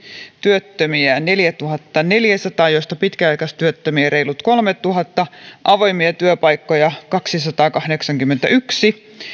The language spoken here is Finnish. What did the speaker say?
työttömiä neljätuhattaneljäsataa joista pitkäaikaistyöttömiä reilut kolmetuhatta avoimia työpaikkoja kaksisataakahdeksankymmentäyksi